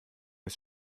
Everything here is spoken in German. ist